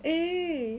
eh